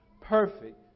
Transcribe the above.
perfect